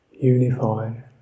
Unified